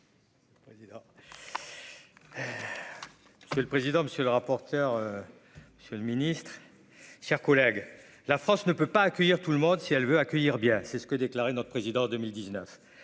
C'est le président, monsieur le rapporteur, c'est le ministre, chers collègues, la France ne peut pas accueillir tout le monde, si elle veut accueillir bien c'est ce que déclarait : notre président en 2019